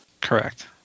correct